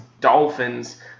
Dolphins